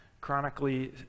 chronically